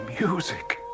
music